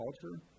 culture